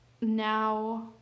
now